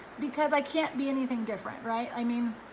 because i can't be anything different, right? i mean,